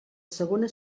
segona